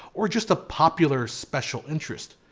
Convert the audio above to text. or just a popular special interest.